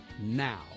now